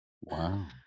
Wow